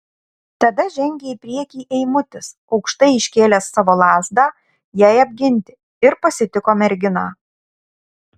tada žengė į priekį eimutis aukštai iškėlęs savo lazdą jai apginti ir pasitiko merginą